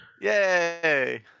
Yay